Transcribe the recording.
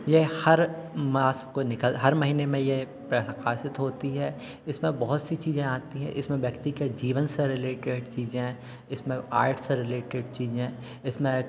यह हर मास को निकल हर महीने में यह प्रकाशित होती हैं यह सब बहुत सी चीज़ें आती हैं इसमें व्यक्ति के जीवन से रिलेटेड चीज़ें इसमें आर्ट से रिलेटेड चीज़ें इसमें